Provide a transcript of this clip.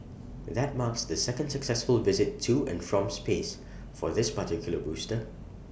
that marks the second successful visit to and from space for this particular booster